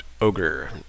Ogre